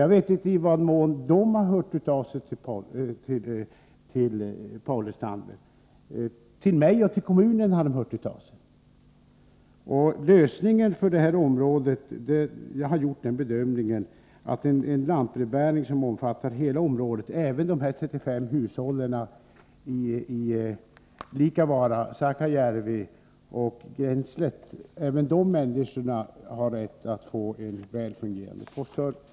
Jag vet inte i vad mån de har hört av sig till Paul Lestander — till mig och till kommunen har de hört av sig. Jag har gjort den bedömningen att en brevbäring som omfattar hela detta område är lösningen. Även dessa 35 hushåll i Liikavaara, Sakajärvi och Grenselet har rätt att få en väl fungerande postservice.